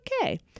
okay